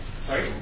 sorry